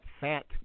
fat